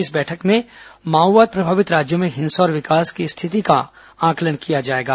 इस बैठक में माओवाद प्रभावित राज्यों में हिंसा और विकास की स्थिति का आंकलन किया जाएगा